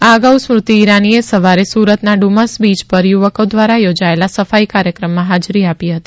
આ અગાઉ સ્મૃતિ ઇરાનીએ સવારે સુરતના ડુમસ બીય પર યુવકો દ્વારા યોજાયેલા સફાઇ કાર્યક્રમમાં હાજરી આપી હતી